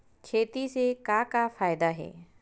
खेती से का का फ़ायदा हे?